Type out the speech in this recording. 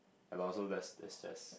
ya lor so that the stress